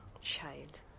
Child